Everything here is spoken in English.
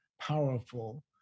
powerful